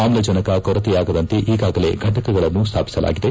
ಆಮ್ಲಜನಕ ಕೊರತೆಯಾಗದಂತೆ ಈಗಾಗಲೇ ಫಟಕಗಳನ್ನು ಸ್ಥಾಪಿಸಲಾಗಿದೆ